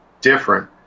different